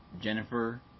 Jennifer